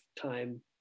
time